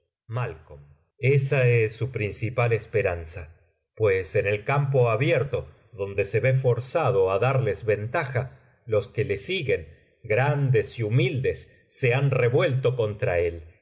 castillo esa es su principal esperanza pues en el campo abierto donde se ve forzado á darles ventaja los que le siguen grandes y humildes se han revuelto contra él